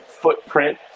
footprint